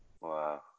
Wow